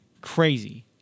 crazy